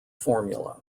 formula